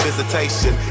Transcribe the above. Visitation